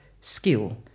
skill